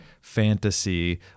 fantasy